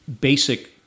basic